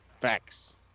Facts